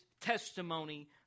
testimony